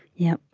yeah.